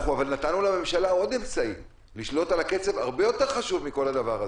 אבל נתנו לממשלה עוד אמצעי לשלוט על הקצב הרבה יותר חשוב מכל הדבר הזה,